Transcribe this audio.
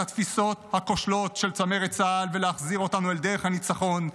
התפיסות הכושלות של צמרת צה"ל ולהחזיר אותנו אל דרך הניצחון,